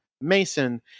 Mason